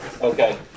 Okay